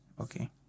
okay